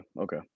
okay